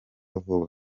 vuba